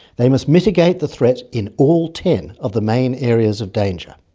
they must mitigate the threat in all ten of the main areas of danger.